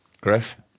Griff